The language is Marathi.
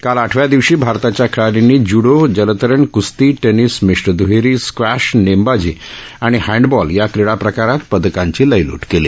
काल आठव्या दिवशी भारताच्या खेळाइंनी जुडो जलतरण कुस्ती टेनिस मिश्र दुहेरी स्क्वॅश नेमबाजी आणि हँडबॉल या क्रिडा प्रकारांत पदकांची लयलूट केली